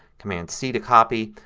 command c to copy.